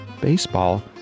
baseball